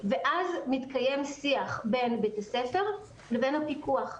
ואז מתקיים שיח בין בית הספר לבין הפיקוח.